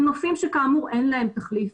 הם נופים שכאמור אין להם תחליף.